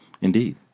Indeed